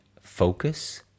focus